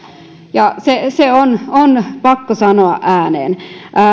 se se on on pakko sanoa ääneen